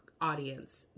audience